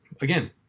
again